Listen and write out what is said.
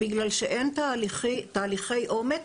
כיוון שאין תהליכי עומק,